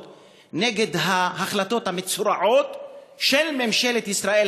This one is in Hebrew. נגד ההחלטות המצורעות של ממשלת ישראל,